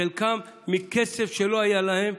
חלקם מכסף שלא היה להם.